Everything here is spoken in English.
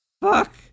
Fuck